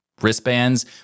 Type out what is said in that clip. wristbands